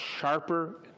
sharper